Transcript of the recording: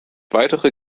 weitere